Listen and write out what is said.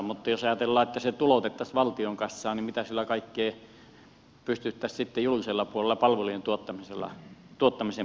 mutta jos ajatellaan että ne tuloutettaisiin valtion kassaan niin mitä kaikkea niillä pystyttäisiin sitten julkisella puolella palvelujen tuottamisen puolella saamaan aikaan